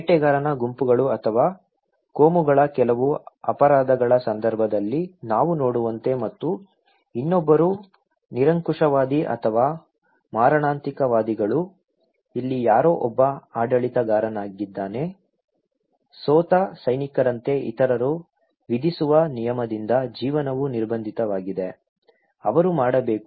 ಬೇಟೆಗಾರರ ಗುಂಪುಗಳು ಅಥವಾ ಕೋಮುಗಳ ಕೆಲವು ಅಪರಾಧಗಳ ಸಂದರ್ಭದಲ್ಲಿ ನಾವು ನೋಡುವಂತೆ ಮತ್ತು ಇನ್ನೊಬ್ಬರು ನಿರಂಕುಶವಾದಿ ಅಥವಾ ಮಾರಣಾಂತಿಕವಾದಿಗಳು ಇಲ್ಲಿ ಯಾರೋ ಒಬ್ಬ ಆಡಳಿತಗಾರನಿದ್ದಾನೆ ಸೋತ ಸೈನಿಕರಂತೆ ಇತರರು ವಿಧಿಸುವ ನಿಯಮದಿಂದ ಜೀವನವು ನಿರ್ಬಂಧಿತವಾಗಿದೆ ಅವರು ಮಾಡಬೇಕು